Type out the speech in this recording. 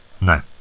No